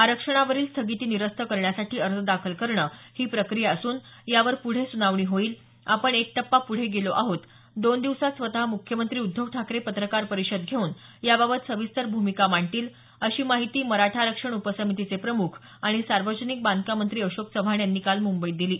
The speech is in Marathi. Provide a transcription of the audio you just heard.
आरक्षणावरील स्थगिती निरस्त करण्यासाठी अर्ज दाखल करणं ही प्रक्रिया असून यावर पुढे सुनावणी होईल आपण एक टप्पा पुढे गेलो आहोत दोन दिवसांत स्वतः मुख्यमंत्री उद्धव ठाकरे पत्रकार परिषद घेऊन याबाबत सविस्तर भूमिका मांडतील अशी माहिती मराठा आरक्षण उपसमितीचे प्रमुख आणि सार्वजनिक बांधकाम मंत्री अशोक चव्हाण यांनी काल मुंबईत दिली